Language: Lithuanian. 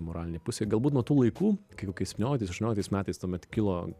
moralinė pusė galbūt nuo tų laikų kai kokiais septynioliktais aštuonioliktais metais tuomet kilo